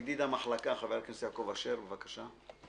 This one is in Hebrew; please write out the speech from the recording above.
ידיד המחלקה, חבר הכנסת יעקב אשר, בבקשה.